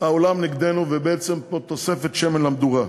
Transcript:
העולם נגדנו ובעצם זו תוספת שמן למדורה?